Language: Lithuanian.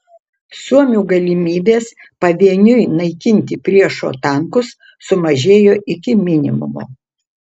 suomių galimybės pavieniui naikinti priešo tankus sumažėjo iki minimumo